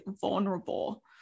vulnerable